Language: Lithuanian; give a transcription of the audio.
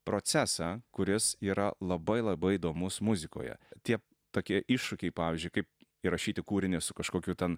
procesą kuris yra labai labai įdomus muzikoje tie tokie iššūkiai pavyzdžiui kaip įrašyti kūrinį su kažkokiu ten